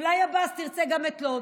אולי, עבאס, תרצה גם את לוד?